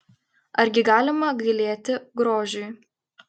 argi galima gailėti grožiui